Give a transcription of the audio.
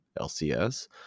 LCS